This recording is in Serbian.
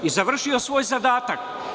I završio svoj zadatak.